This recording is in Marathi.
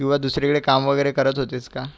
किंवा दुसरीकडे काम वगैरे करत होतेस का